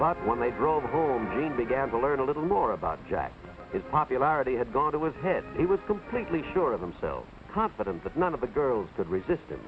but when they brought home clean began to learn a little more about jack its popularity had gone to his head he was completely sure of themselves confident that none of the girls had resistance